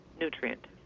nutrient